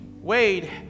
Wade